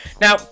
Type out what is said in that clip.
now